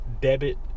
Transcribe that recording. debit